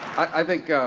i think,